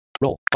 Roll